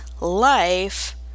life